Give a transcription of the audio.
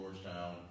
Georgetown